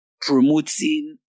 promoting